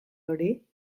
hori